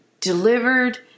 delivered